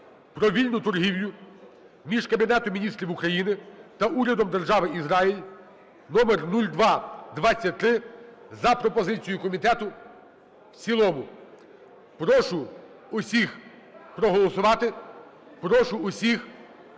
про вільну торгівлю між Кабінетом Міністрів України та Урядом Держави Ізраїль (№ 0223) за пропозицією комітету в цілому. Прошу усіх проголосувати. Прошу усіх